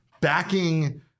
backing